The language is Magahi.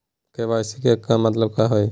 के.वाई.सी के का मतलब हई?